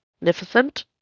Magnificent